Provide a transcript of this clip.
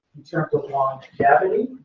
in terms of longevity,